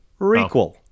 Requel